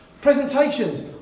Presentations